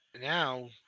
Now